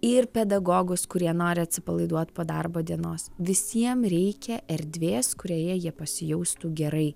ir pedagogus kurie nori atsipalaiduot po darbo dienos visiem reikia erdvės kurioje jie pasijaustų gerai